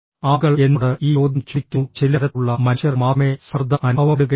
ആളുകൾ എന്നോട് ഈ ചോദ്യം ചോദിക്കുന്നുഃ ചില തരത്തിലുള്ള മനുഷ്യർക്ക് മാത്രമേ സമ്മർദ്ദം അനുഭവപ്പെടുകയുള്ളൂ